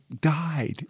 died